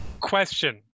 Question